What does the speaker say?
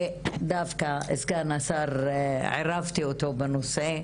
סגן השר ערבתי אותו בנושא.